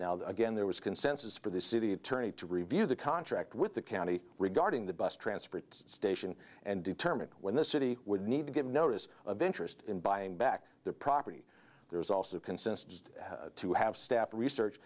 now again there was consensus for the city attorney to review the contract with the county regarding the bus transfer to station and determine when the city would need to give notice of interest in buying back their property there's also consist to have staff research